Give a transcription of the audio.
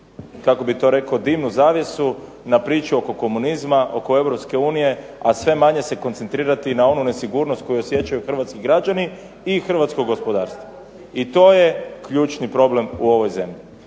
kako bi to rekao dimnu zavjesu, na priču oko komunizma, oko EU, a sve manje se koncentrirati na onu nesigurnost koju osjećaju hrvatski građani i hrvatsko gospodarstvo. I to je ključni problem u ovoj zemlji.